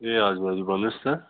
ए हजुर हजुर भन्नुहोस् त